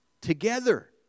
together